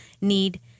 need